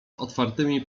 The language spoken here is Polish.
otwartymi